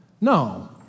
No